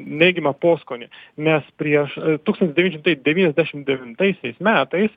neigiamą poskonį nes prieš tūkstantis devyni šimtai devyniasdešimt devintaisiais metais